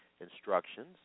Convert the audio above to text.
instructions